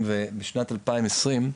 בשנת 2021,